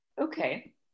Okay